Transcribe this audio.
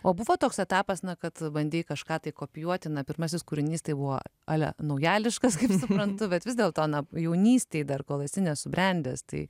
o buvo toks etapas na kad bandei kažką tai kopijuoti na pirmasis kūrinys tai buvo a lia naujališkas kaip suprantu bet vis dėlto na jaunystėj dar kol esi nesubrendęs tai